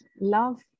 love